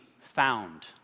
found